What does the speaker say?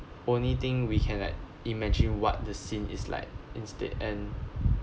only thing we can like imagine what the scene is like instead and